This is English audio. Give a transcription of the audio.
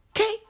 okay